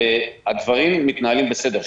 הדברים מתנהלים בסדר.